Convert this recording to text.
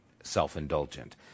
self-indulgent